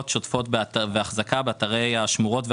שוטפות ואחזקה באתרי השמורות והמורשת,